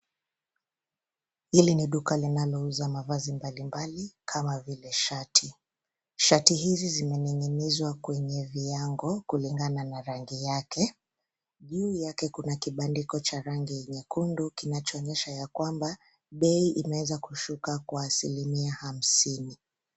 Hili ni duka linalouza mavazi mbali mbali kama vile shati. Shati hizi zimening'inizwa kwenye viango kulingana na rangi yake. Juu yake kuna kibandiko cha rangi nyekundu, kinachoonyesha ya kwamba bei inaeza kushuka kwa asilimia hamsini.